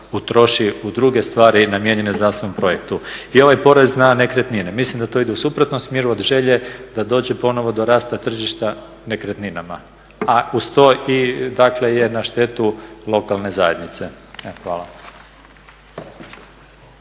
utroši u druge stvari namijenjene znanstvenom projektu. I ovaj porez na nekretnine. Mislim da to ide u suprotnom smjeru od želje da dođe ponovno do rasta tržišta nekretninama. A uz to dakle je na štetu lokalne zajednice. Evo,